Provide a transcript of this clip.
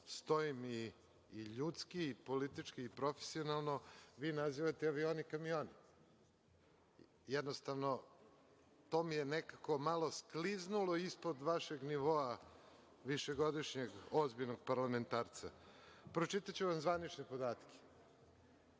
stojim, i ljudski i politički, i profesionalno, vi nazivate avioni, kamioni. Jednostavno, to mi je nekako malo skliznulo ispod vašeg nivoa višegodišnjeg ozbiljnog parlamentarca. Pročitaću vam zvanične podatke.